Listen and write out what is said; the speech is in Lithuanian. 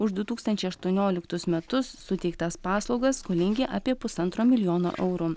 už du tūkstančiai aštuonioliktus metus suteiktas paslaugas skolingi apie pusantro milijono eurų